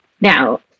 Now